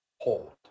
hold